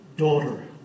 daughter